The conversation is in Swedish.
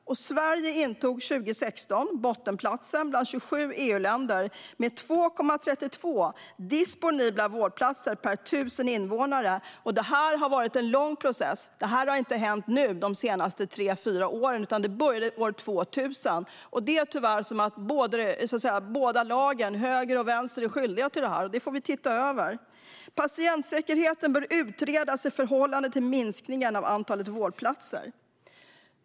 Sverige intog 2016 bottenplatsen bland 27 EU-länder med 2,32 disponibla vårdplatser per 1 000 invånare. Detta har varit en lång process. Det har inte hänt de senaste tre fyra åren utan började år 2000. Tyvärr är båda lagen, höger och vänster, skyldiga till detta. Det får vi titta över. Patientsäkerheten bör utredas i förhållande till minskningen av antalet vårdplatser.